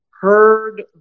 heard